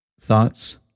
thoughts